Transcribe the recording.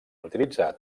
utilitzat